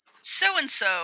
so-and-so